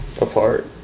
apart